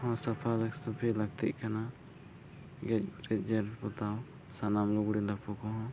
ᱦᱚᱸ ᱥᱟᱯᱷᱟᱼᱥᱟᱹᱯᱷᱤ ᱞᱟᱹᱠᱛᱤᱜ ᱠᱟᱱᱟ ᱜᱮᱡᱽᱼᱜᱩᱨᱤᱡᱽ ᱡᱮᱨᱮᱲ ᱯᱚᱛᱟᱣ ᱥᱟᱱᱟᱢ ᱞᱩᱜᱽᱲᱤᱼᱞᱟᱯᱚ ᱠᱚᱦᱚᱸ